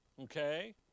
okay